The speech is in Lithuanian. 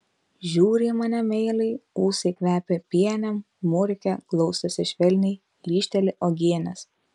žiūri į mane meiliai ūsai kvepia pienėm murkia glaustosi švelniai lyžteli uogienės